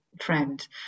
friend